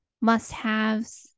must-haves